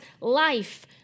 life